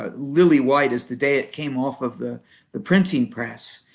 ah lily white as the day it came off of the the printing press,